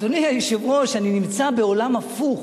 אדוני היושב-ראש, אני נמצא בעולם הפוך,